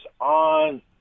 on